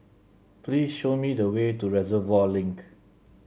please show me the way to Reservoir Link